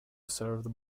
served